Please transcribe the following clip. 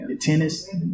tennis